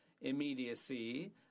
immediacy